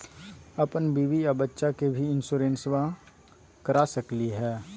अपन बीबी आ बच्चा के भी इंसोरेंसबा करा सकली हय?